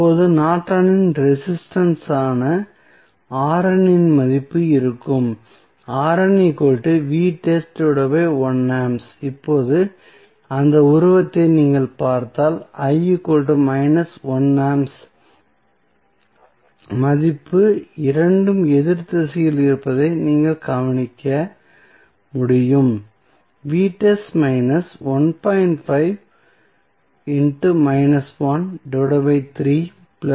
இப்போது நார்டனின் ரெசிஸ்டன்ஸ் ஆன இன் மதிப்பு இருக்கும் இப்போது அந்த உருவத்தை நீங்கள் பார்த்தால் மதிப்பு இரண்டும் எதிர் திசையில் இருப்பதை நீங்கள் கவனிக்க முடியும்